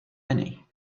any